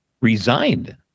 resigned